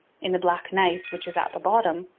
in the black gneiss, which is at the bottom,